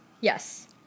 yes